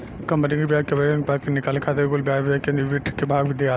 company के ब्याज coverage अनुपात के निकाले खातिर कुल ब्याज व्यय से ईबिट के भाग दियाला